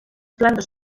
plantes